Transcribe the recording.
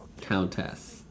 countess